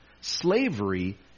Slavery